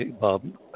Bob